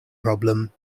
problem